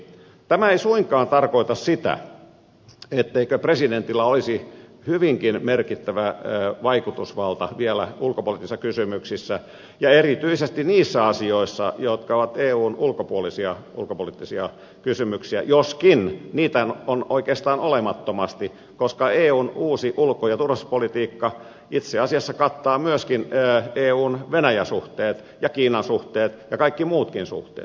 tämä ei suinkaan tarkoita sitä etteikö presidentillä olisi hyvinkin merkittävä vaikutusvalta vielä ulkopoliittisissa kysymyksissä ja erityisesti niissä asioissa jotka ovat eun ulkopuolisia ulkopoliittisia kysymyksiä joskin niitä on oikeastaan olemattomasti koska eun uusi ulko ja turvallisuuspolitiikka itse asiassa kattaa myöskin eun venäjä suhteet ja kiinan suhteet ja kaikki muutkin suhteet